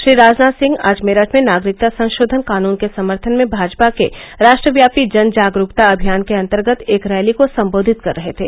श्री राजनाथ सिंह आज मेरठ में नागरिकता संशोधन कानून के समर्थन में भाजपा के राष्ट्रव्यापी जन जागरूकता अभियान के अंतर्गत एक रैली को संबोधित कर रहे थे